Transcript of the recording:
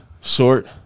short